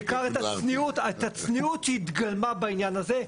בעיקר את הצניעות שהתגלמה בעניין הזה.